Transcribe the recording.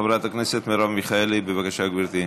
חברת הכנסת מרב מיכאלי, בבקשה, גברתי.